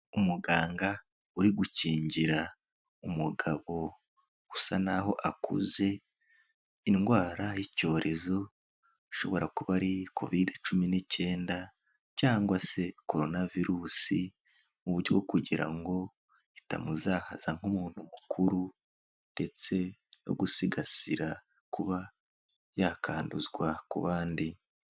Umuganga uri gukingira umugabo usa n'aho akuze indwara y'icyorezo, ashobora kuba ari Kovide cumi n'icyenda cyangwa se Korona virusi, mu buryo bwo kugira ngo itamuzahaza nk'umuntu mukuru ndetse no gusigasira kuba yakanduzwa ku bandi.